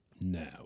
now